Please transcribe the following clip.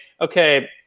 okay